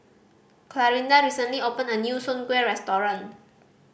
Clarinda recently opened a new soon kway restaurant